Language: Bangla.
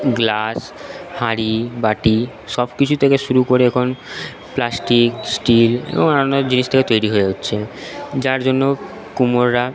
গ্লাস হাঁড়ি বাটি সব কিছু থেকে শুরু করে এখন প্লাস্টিক স্টিল এবং অন্যান্য জিনিস থেকে তৈরি হয়ে হচ্ছে যার জন্য কুমোররা